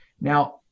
now